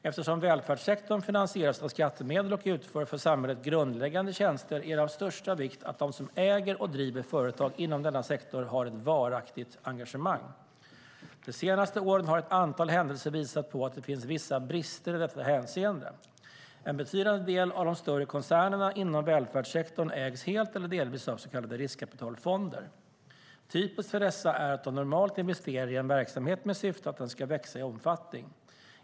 Eftersom välfärdssektorn finansieras av skattemedel och utför för samhället grundläggande tjänster är det av största vikt att de som äger och driver företag inom denna sektor har ett varaktigt engagemang. De senaste åren har ett antal händelser visat på att det finns vissa brister i detta hänseende. En betydande del av de större koncernerna inom välfärdssektorn ägs helt eller delvis av så kallade riskkapitalfonder. Typiskt för dessa är att de normalt investerar i en verksamhet med syfte att den ska växa i omfattning.